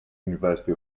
university